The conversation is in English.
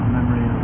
memory